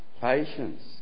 patience